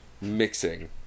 mixing